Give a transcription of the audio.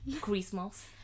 Christmas